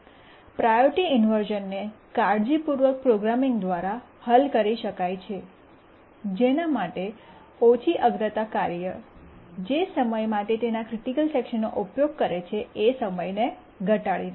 priority ઇન્વર્શ઼નને કાળજીપૂર્વક programming દ્વારા હલ કરી શકાય છે કે જેના માટે ઓછી અગ્રતા કાર્ય જે સમય માટે તેના ક્રિટિકલ સેકશનનો ઉપયોગ કરે છે એ સમયને ઘટાડીને